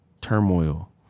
turmoil